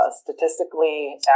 statistically